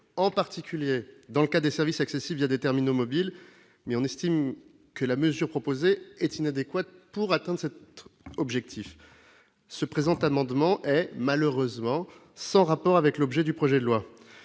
en particulier dans le cas des services accessibles des terminaux mobiles. Toutefois, nous estimons que la mesure proposée est inadéquate pour atteindre cet objectif. Oh ! Le présent amendement est malheureusement sans rapport avec l'objet du projet de loi.